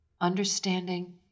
understanding